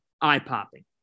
eye-popping